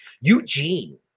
Eugene